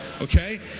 okay